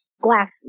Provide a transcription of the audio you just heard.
glass